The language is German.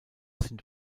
sind